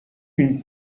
une